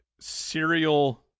serial